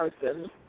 person